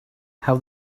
how